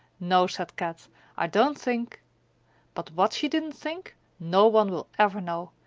no, said kat i don't think but what she didn't think, no one will ever know,